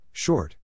Short